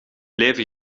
leven